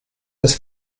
des